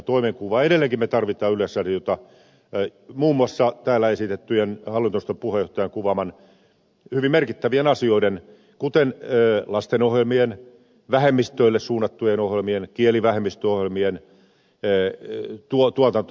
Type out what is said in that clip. edelleenkin me tarvitsemme yleisradiota muun muassa täällä esitettyjen hallintoneuvoston puheenjohtajan kuvaamien hyvin merkittävien asioiden kuten lastenohjelmien vähemmistöille suunnattujen ohjelmien kielivähemmistöohjelmien tuotantoa